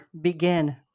begin